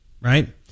right